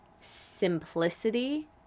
simplicity